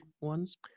ones